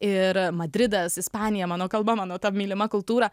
ir madridas ispanija mano kalba mano mylima kultūra